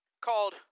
called